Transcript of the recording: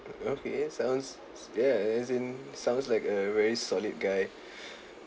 okay sounds ya as in sounds like a very solid guy